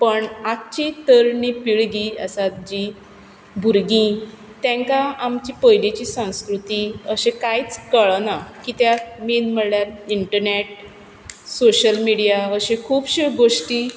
पण आजची तरणी पिळगी जी आसा जी भुरगीं तेंकां आमची पयलींची संस्कृती अशें कांयच कळना कित्याक मेन म्हळ्यार इंटरनेट सोशियल मिडिया अश्यो खुबश्यो गोष्टी